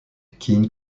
keen